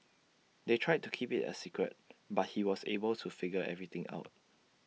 they tried to keep IT A secret but he was able to figure everything out